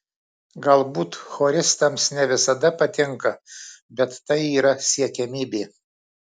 galbūt choristams ne visada patinka bet tai yra siekiamybė